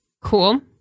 Cool